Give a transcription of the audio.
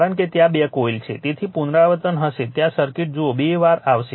કારણ કે ત્યાં 2 કોઇલ છે તેથી પુનરાવર્તન હશે ત્યાં સર્કિટ જુઓ બે વાર આવશે